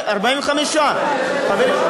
45. חברים,